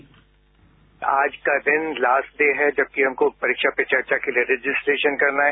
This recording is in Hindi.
बाईट आज का दिन लास्ट डे है जबकि हमको परीक्षा पे चर्चा के लिए रजिस्ट्रेशन करना है